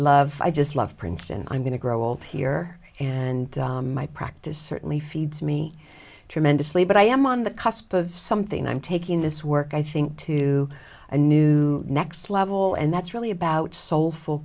love i just love princeton i'm going to grow old here and my practice certainly feeds me tremendously but i am on the cusp of something i'm taking this work i think to a new next level and that's really about soulful